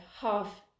half